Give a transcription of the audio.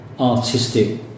artistic